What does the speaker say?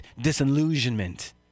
disillusionment